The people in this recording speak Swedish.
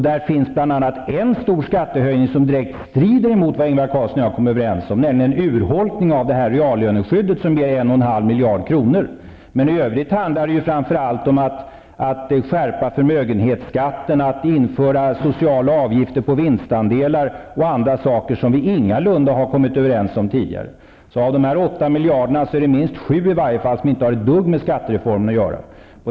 Där finns bl.a. en stor skattehöjning som direkt strider mot vad Ingvar Carlsson och jag kom överens om, nämligen urholkningen av reallöneskyddet, som ger 1,5 miljarder kronor. I övrigt handlar det framför allt om att skärpa förmögenhetsskatten, att införa sociala avgifter på vinstandelar och andra saker som vi ingalunda har kommit överens om tidigare. Av de 8 miljarderna är det alltså minst 7 miljarder som inte har ett dugg med skattereformen att göra.